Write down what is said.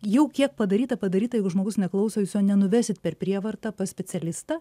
jau kiek padaryta padaryta jeigu žmogus neklauso jūs jo nenuvesit per prievartą pas specialistą